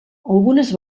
algunes